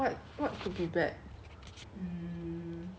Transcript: okay right since we cannot decide on